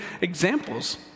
examples